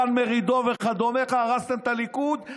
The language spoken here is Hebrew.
דן מרידור ודומיכם הרסתם את הליכוד,